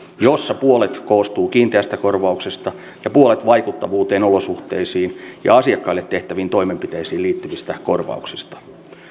jossa puolet koostuu kiinteästä korvauksesta ja puolet vaikuttavuuteen olosuhteisiin ja asiakkaille tehtäviin toimenpiteisiin liittyvistä korvauksista